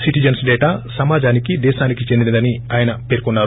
citizens data సమాజానికి దేశానికి చెందినదని ఆయన పేర్కొన్నారు